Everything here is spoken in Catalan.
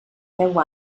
deu